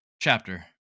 Chapter